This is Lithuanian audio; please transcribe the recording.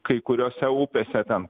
kai kuriose upėse ten